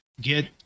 get